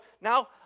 now